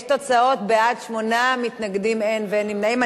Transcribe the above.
יש תוצאות: בעד 8, אין מתנגדים ואין נמנעים.